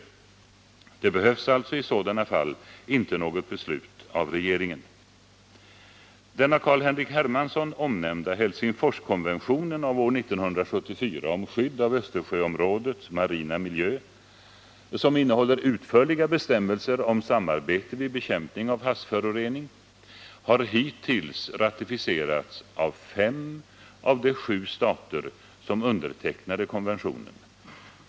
Det behövs alltså i sådana fall inte något beslut av regeringen. Den av Carl-Henrik Hermansson omnämnda Helsingforskonventionen av år 1974 om skydd av Östersjöområdets marina miljö — som innehåller utförliga bestämmelser om samarbete vid bekämpning av havsförorening — har hittills ratificerats av fem av de sju stater som undertecknade konventionen.